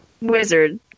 Wizard